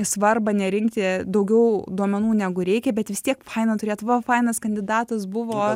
svarbą nerinkti daugiau duomenų negu reikia bet vis tiek faina turėt va fainas kandidatas buvo